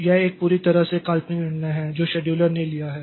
तो यह एक पूरी तरह से काल्पनिक निर्णय है जो शेड्यूलर ने लिया है